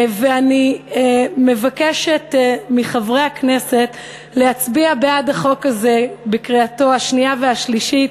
אני מבקשת מחברי הכנסת להצביע בעד החוק הזה בקריאתו השנייה והשלישית,